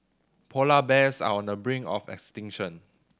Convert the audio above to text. polar bears are on the brink of extinction